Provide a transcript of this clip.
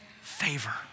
favor